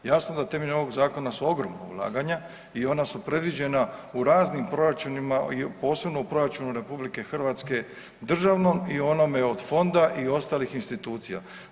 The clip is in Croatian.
Jasno da temeljem ovog zakona su ogromna ulaganja i ona su predviđena u raznim proračunima, posebno u proračunu RH državnom i onome od fonda i ostalih institucija.